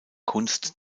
kunst